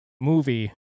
movie